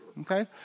Okay